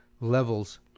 levels